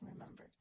remember